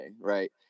right